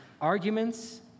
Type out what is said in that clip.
arguments